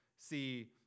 see